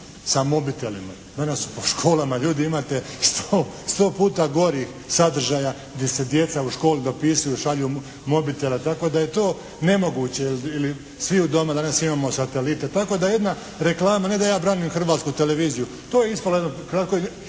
sa mobitelima. Danas po školama ljudi imate sto puta gorih sadržaja gdje se djeca u školi dopisuju, šalju mobitele, tako da je to nemoguće ili svi u domu danas imamo satelite. Tako da jedna reklama, ne da ja branim Hrvatsku televiziju, to je ispalo jedno,